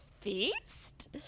Feast